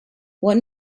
what